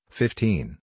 fifteen